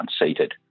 unseated